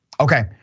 okay